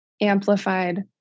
amplified